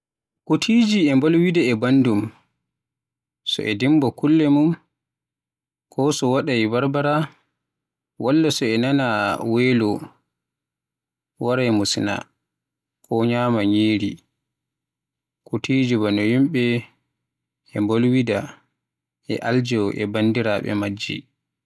Kutiji e mbolwida e bandum so e dimba kulle mun, ko so waɗaay barbara, walla so e naana welo waraay musina ko ñyama nyiri. Kutiji bano yimɓe e mbolwida e aljo e bandiraaɓe majji.